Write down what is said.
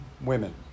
women